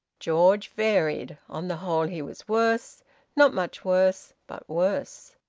george varied on the whole he was worse not much worse, but worse.